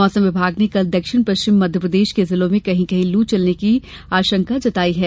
मौसम विभाग ने कल दक्षिण पश्चिम मध्यप्रदेश के जिलों में कहीं कहीं लू चलने की संभावना जताई है